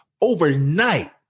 Overnight